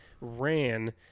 ran